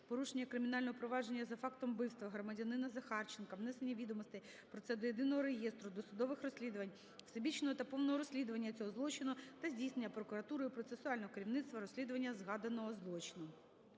порушення кримінального провадження за фактом вбивства громадянина УкраїниЗахарченка, внесення відомостей про це до Єдиного реєстру досудових розслідувань, всебічного та повного розслідування цього злочину та здійснення прокуратурою процесуального керівництва розслідування зазначеного злочину.